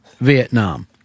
Vietnam